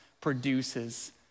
produces